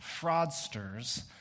fraudsters